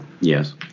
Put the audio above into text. Yes